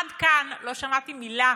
עד כאן לא שמעתי מילה